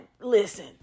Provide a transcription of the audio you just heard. listen